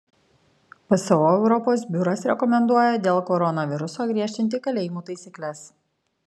pso europos biuras rekomenduoja dėl koronaviruso griežtinti kalėjimų taisykles